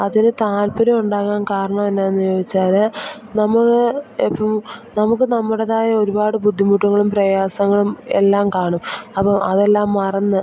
അതിന് താൽപര്യ ഉണ്ടാകാൻ കാരണം എന്നാണെന്ന് ചോദിച്ചാൽ നമ്മൾ ഇപ്പം നമുക്ക് നമ്മുടേതായ ഒരുപാട് ബുദ്ധിമുട്ടുകളും പ്രയാസങ്ങളും എല്ലാം കാണും അപ്പോൾ അതെല്ലാം മറന്നു